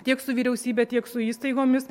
tiek su vyriausybe tiek su įstaigomis